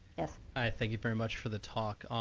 yeah ah thank you very much for the talk.